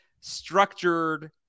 structured